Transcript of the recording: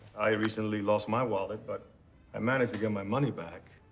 i recently lost my wallet, but i managed to get my money back.